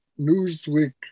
Newsweek